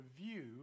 review